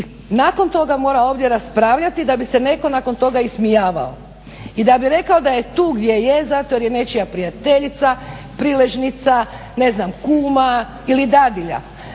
i nakon toga mora ovdje raspravljati da bi se netko nakon toga ismijavao, i da bi rekao da je tu gdje je zato jer je nečija prijateljica, priležnica, ne znam nam kuma ili dadilja,